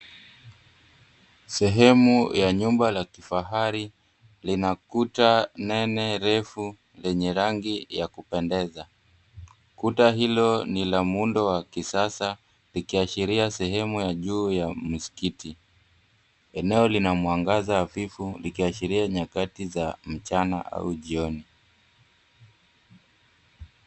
Sehemu ya nyumba la kifahari linakuta nene refu lenye rangi ya kupendeza. Kuta hilo ni la muundo wa kisasa likiashiria sehemu ya juu ya msikiti. Eneo lina mwangaza hafifu likiashiria nyakati za mchana au jioni.